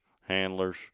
handlers